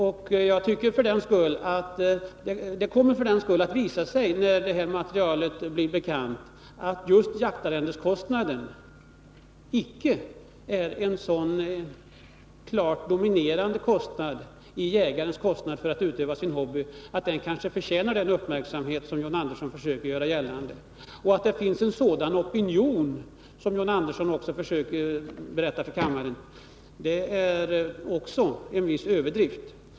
När detta material blir bekant kommer det för den skull att visa sig att just jaktarrendeskostnaden icke är någon så dominerande post i jägarens kostnad för att utöva sin hobby att den förtjänar den uppmärksamhet som John Andersson vill ge den. Att det finns en sådan opinion som John Andersson försöker göra gällande är också en viss överdrift.